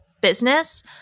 business